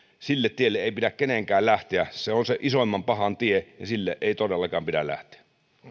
sille tielle ei pidä kenenkään lähteä se on se isoimman pahan tie ja sille ei todellakaan pidä lähteä